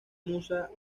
musa